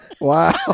Wow